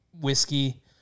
whiskey